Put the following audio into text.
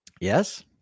Yes